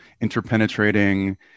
interpenetrating